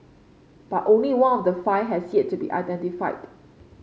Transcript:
but only one of the five has yet to be identified